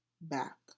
back